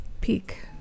peak